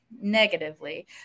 negatively